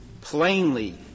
plainly